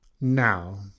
Now